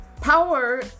Power